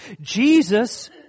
Jesus